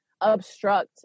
obstruct